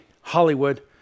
Hollywood